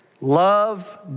love